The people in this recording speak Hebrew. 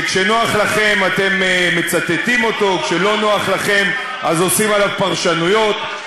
שכשנוח לכם אתם מצטטים אותו וכשלא נוח לכם אז עושים עליו פרשנויות.